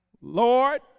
Lord